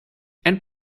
and